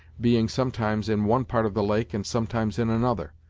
being sometimes in one part of the lake and sometimes in another.